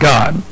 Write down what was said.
God